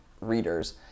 readers